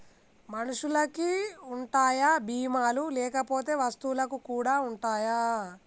మనుషులకి ఉంటాయా బీమా లు లేకపోతే వస్తువులకు కూడా ఉంటయా?